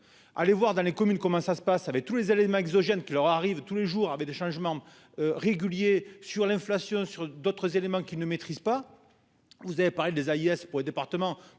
Allez voir dans les communes. Comment ça se passe avait tous les éléments exogènes qui leur arrivent tous les jours avec des changements. Réguliers sur l'inflation sur d'autres éléments qui ne maîtrisent pas. Vous avez parlé des AIS pour les départements.